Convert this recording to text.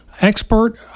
expert